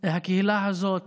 הקהילה הזאת